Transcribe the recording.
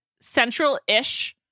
central-ish